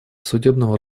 судебного